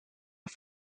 auf